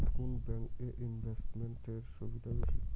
কোন ব্যাংক এ ইনভেস্টমেন্ট এর সুবিধা বেশি?